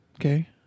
Okay